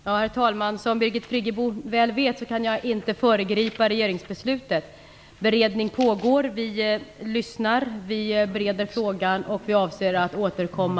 Herr talman! Som Birgit Friggebo väl vet kan jag inte föregripa regeringsbeslutet. Beredning pågår. Vi lyssnar, vi bereder frågan och vi avser att återkomma.